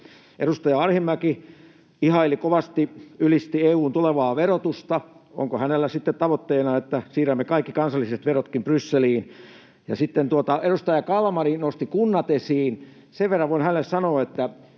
Edustaja Arhinmäki ihaili kovasti, ylisti EU:n tulevaa verotusta. Onko hänellä sitten tavoitteena, että siirrämme kaikki kansalliset verotkin Brysseliin? Edustaja Kalmari nosti kunnat esiin. Sen verran voin hänelle sanoa, että